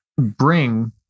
bring